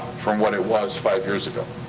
from what it was five years ago.